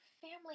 family